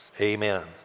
Amen